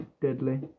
deadly